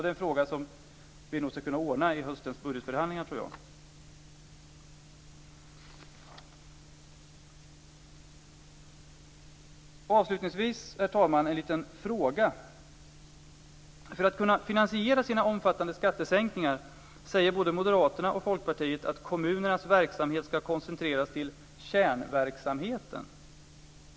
Det är något som vi nog ska kunna ordna i höstens budgetförhandlingar, tror jag. Avslutningsvis, herr talman, en liten fråga. För att kunna finansiera sina omfattande skattesänkningar säger både Moderaterna och Folkpartiet att kommunernas verksamhet ska koncentreras till kärnverksamheten.